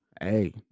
Hey